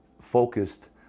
focused